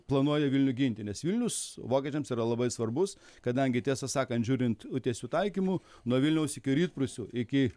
planuoja vilnių ginti nes vilnius vokiečiams yra labai svarbus kadangi tiesą sakant žiūrint tiesiu taikymu nuo vilniaus iki rytprūsių iki